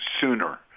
sooner